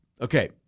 Okay